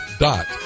dot